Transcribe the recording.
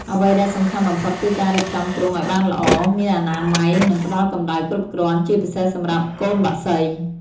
អ្វីដែលសំខាន់បំផុតគឺការរៀបចំទ្រុងឲ្យបានល្អ មានអនាម័យ និងផ្តល់កម្ដៅគ្រប់គ្រាន់ ជាពិសេសសម្រាប់កូនបក្សី។